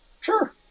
Sure